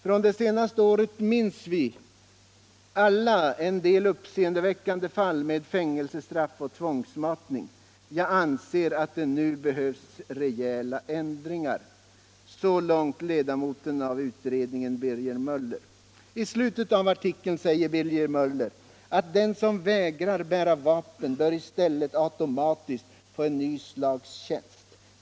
Från det senaste året minns vi alla en del uppseendeväckande fall med fängelsestraff och tvångsmatning. Jag anser att det nu behöves rejäla ändringar.” — Så långt ledamoten av vapenfriutredningen Birger Möller. I slutet av artikeln säger Birger Möller att den som vägrar bära vapen bör i stället automatiskt få en ny slags tjänst.